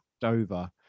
Dover